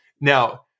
Now